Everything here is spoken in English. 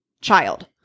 child